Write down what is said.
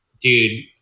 dude